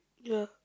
ya